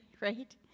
right